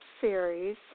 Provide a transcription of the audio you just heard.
Series